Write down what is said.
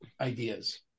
ideas